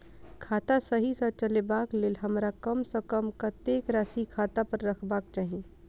खाता सही सँ चलेबाक लेल हमरा कम सँ कम कतेक राशि खाता पर रखबाक चाहि?